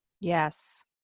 Yes